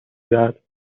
دهد